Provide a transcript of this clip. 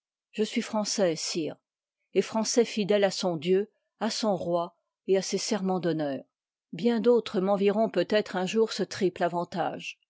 je suis français sire et français fidèle à son dieu à son roi et à ses sermens d'honneur bien d'autres m m'envieront peut-être un jour ce triple p'parx avantage